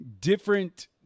different